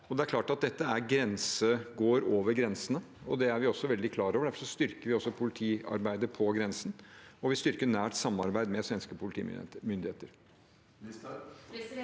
Det er klart at dette går over grensene, og det er vi også veldig klar over. Derfor styrker vi politiarbeidet på grensen, og vi styrker et nært samarbeid med svenske politimyndigheter.